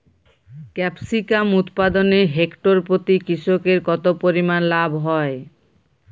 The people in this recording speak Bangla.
ক্যাপসিকাম উৎপাদনে হেক্টর প্রতি কৃষকের কত পরিমান লাভ হয়?